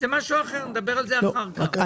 זה משהו אחר ונדבר על זה אחר כך.